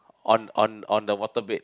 on on on the water bed